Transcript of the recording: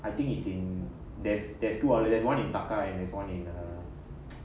I think it's in there's there's two outlets there's one in taka and there's one in uh